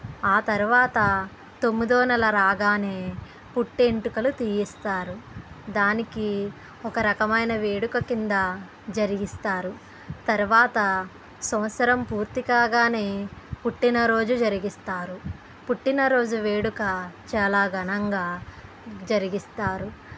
ఆ తర్వాత తొమ్మిదో నెల రాగానే పుట్టు వెంటుకలు తీయిస్తారు దానికి ఒక రకమైన వేడుక కింద జరిగిస్తారు తర్వాత సంవత్సరం పూర్తి కాగానే పుట్టినరోజు జరిగిస్తారు పుట్టినరోజు వేడుక చాలా ఘనంగా జరిగిస్తారు